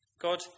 God